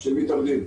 של מתאבדים.